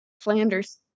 Flanders